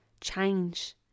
change